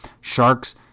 sharks